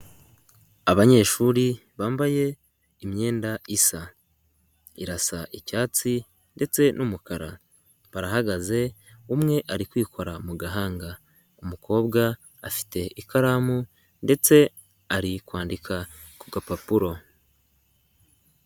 Abanyeshuri bambaye imyenda isa, irasa icyatsi ndetse n'umukara, barahagaze umwe ari kwikora mu gahanga, umukobwa afite ikaramu ndetse ari kwandika ku gapapuro.